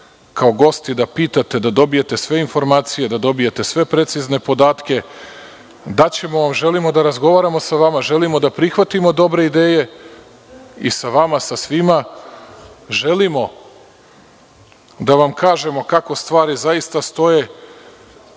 kao gosti, da pitate, da dobijete sve informacije, da dobijete sve precizne podatke, želimo da razgovaramo sa vama, želimo da prihvatimo dobre ideje, sa vama i sa svima, želimo da vam kažemo kako stvari zaista stoje,